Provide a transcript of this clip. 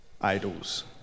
idols